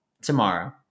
tomorrow